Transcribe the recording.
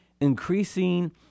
increasing